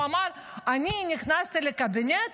הוא אמר: אני נכנסתי לקבינט,